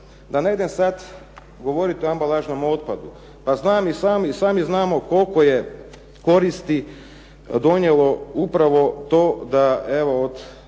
da ne idem sad govorit o ambalažnom otpadu. Pa znamo i sami koliko je koristi donijelo upravo to da evo od